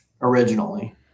originally